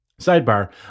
Sidebar